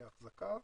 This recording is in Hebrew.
לאחזקה,